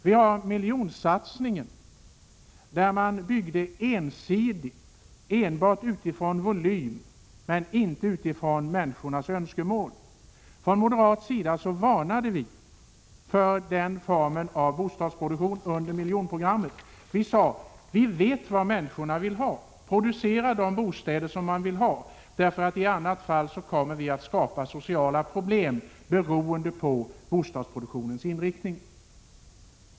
Vi har miljonsatsningen, där man byggde ensidigt, enbart utifrån volym och inte utifrån människornas önskemål. Från moderat sida varnade vi för den formen av bostadsproduktion under miljonprojektet. Vi sade: Vi vet vad människorna vill ha. Producera de bostäder som man vill ha! I annat fall kommer vi att skapa sociala problem beroende på bostadsproduktionens inriktning.